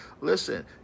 listen